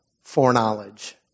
foreknowledge